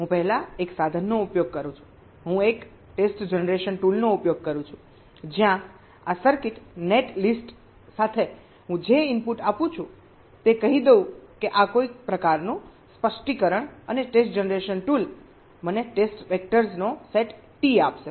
હું પહેલા એક સાધનનો ઉપયોગ કરું છું હું એક ટેસ્ટ જનરેશન ટૂલ નો ઉપયોગ કરું છું જ્યાં આ સર્કિટ નેટ લિસ્ટ સાથે હું જે ઇનપુટ આપું છું તે કહી દઉં કે આ કોઈ પ્રકારનું સ્પષ્ટીકરણ અને ટેસ્ટ જનરેશન ટૂલ મને ટેસ્ટ વેક્ટર્સનો સેટ T આપશે